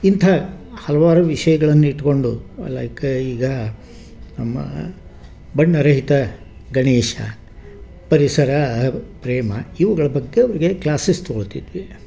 ಇಂಥ ಹಲವಾರು ವಿಷಯಗಳನ್ನು ಇಟ್ಟುಕೊಂಡು ಲೈಕ್ ಈಗ ನಮ್ಮ ಬಣ್ಣರಹಿತ ಗಣೇಶ ಪರಿಸರಪ್ರೇಮ ಇವುಗಳ ಬಗ್ಗೆ ಅವರಿಗೆ ಕ್ಲಾಸಸ್ ತಗೊಳ್ತಿದ್ವಿ